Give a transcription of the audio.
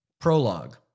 Prologue